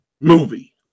movie